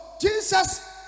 Jesus